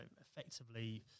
effectively